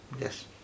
yes